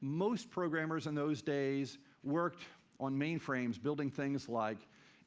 most programmers in those days worked on mainframes, building things like